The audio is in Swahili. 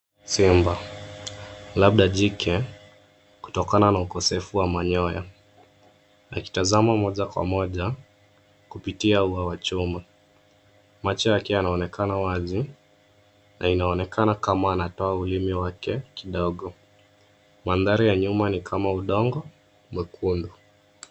Simba labda jike kutokana na ukosefu wa manyoya. Akitazama moja kwa moja kupitia ua wa chuma. Macho yake yanaonekana wazi na inaonekana kama anatoa ulimi wake kidogo. Mandhari ya nyuma ni kama udongo mwekundu.